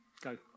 Go